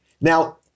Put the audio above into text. Now